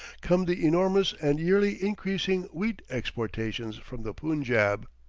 come the enormous and yearly increasing wheat exportations from the punjab.